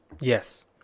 yes